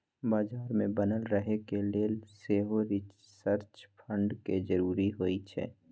बजार में बनल रहे के लेल सेहो रिसर्च फंड के जरूरी होइ छै